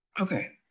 Okay